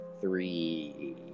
three